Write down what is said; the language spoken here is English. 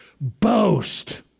Boast